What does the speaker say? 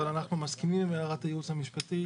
אבל אנחנו מסכימים עם עמדת הייעוץ המשפטי,